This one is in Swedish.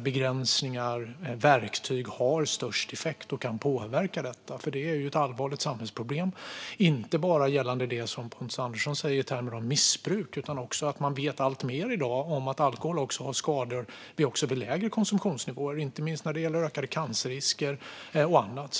begränsningar och verktyg som har störst effekt och kan påverka detta. Det är ett allvarligt samhällsproblem, inte bara i termer av missbruk, som Pontus Andersson säger. I dag vet man också alltmer. Alkohol leder till skador också vid lägre konsumtionsnivåer. Det gäller inte minst ökad cancerrisk, och annat.